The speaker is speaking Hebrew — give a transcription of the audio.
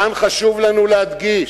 כאן חשוב לנו להדגיש: